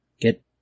Get